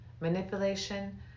Manipulation